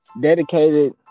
dedicated